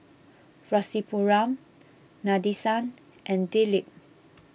Rasipuram Nadesan and Dilip